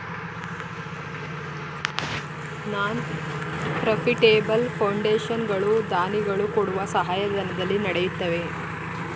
ನಾನ್ profitable foundation ಗಳು ದಾನಿಗಳು ಕೊಡುವ ಸಹಾಯಧನದಲ್ಲಿ ನಡೆಯುತ್ತದೆ